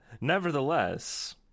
Nevertheless